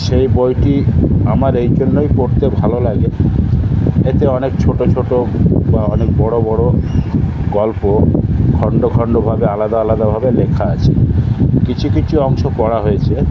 সেই বইটি আমার এই জন্যই পড়তে ভালো লাগে এতে অনেক ছোটো ছোটো বা অনেক বড় বড় গল্প খণ্ড খণ্ডভাবে আলাদা আলাদাভাবে লেখা আছে কিছু কিছু অংশ পড়া হয়েছে